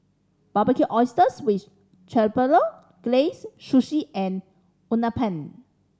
Barbecued Oysters with Chipotle Glaze Sushi and Uthapam